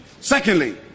Secondly